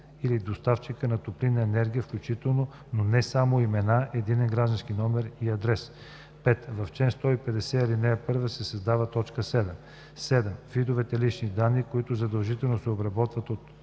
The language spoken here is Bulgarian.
или доставчика на топлинна енергия, включително, но не само имена, единен граждански номер и адрес.“ 5. В чл. 150, ал. 1 се създава т. 7: „7. видовете лични данни, които задължително се обработват от